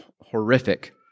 horrific